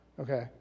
okay